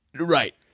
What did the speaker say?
Right